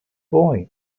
boy